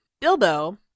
Bilbo